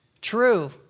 true